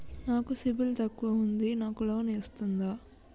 నాకు సిబిల్ తక్కువ ఉంది నాకు లోన్ వస్తుందా?